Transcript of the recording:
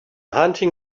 hunting